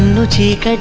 boutique,